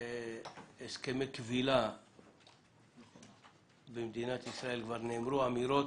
על הסכמי כבילה למדינת ישראל כבר נאמרו אמירות,